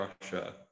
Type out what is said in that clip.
Russia